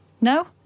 No